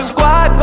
Squad